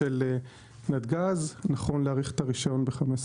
של נתג"ז נכון להאריך את הרישיון ב-15 שנים.